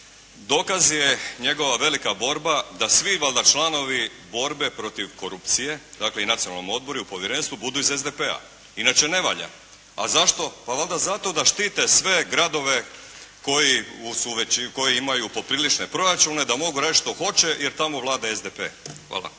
Dokaz je njegova velika borba da svi valjda članovi borbe protiv korupcije, dakle i u Nacionalnom odboru i povjerenstvu budu iz SDP-a. Inače ne valja. A zašto? Pa valjda zato da štite sve gradove koji imaju poprilične proračune da mogu raditi šta hoće jer tamo vlada SDP. Hvala.